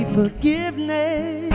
forgiveness